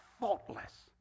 Faultless